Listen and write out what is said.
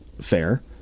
Fair